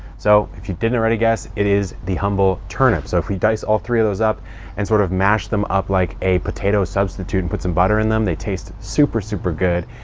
so if you didn't already guess, it is the humble turnip. so if we dice all three of those up and sort of mash them up like a potato substitute and put some butter in them, they taste super, super good.